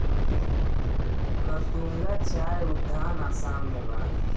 गतूंगा चाय उद्यान आसाम में बा